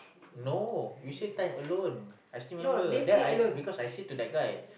no you said time alone I still remember then I because I said to that guy